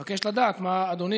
אני מבקש לדעת מה אדוני,